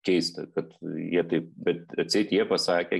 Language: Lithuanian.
keista kad jie taip bet atseit jie pasakė